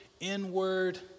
Inward